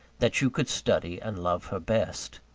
that you could study and love her best.